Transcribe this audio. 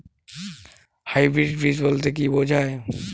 Hybrid বীজ বলতে কী বোঝায়?